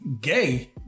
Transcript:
gay